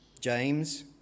James